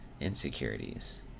insecurities